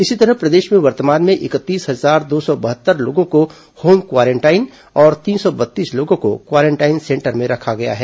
इसी तरह प्रदेश में वर्तमान में इकतीस हजार दो सौ बहत्तर लोगों को होम क्वारेंटाइन और तीन सौ बत्तीस लोगों को क्वारेंटाइन सेंटर में रखा गया है